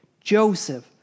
Joseph